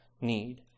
need